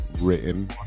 written